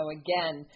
again